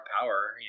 power